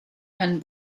herrn